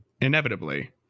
inevitably